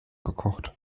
gekocht